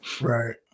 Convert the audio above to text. Right